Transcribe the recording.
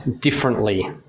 differently